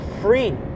free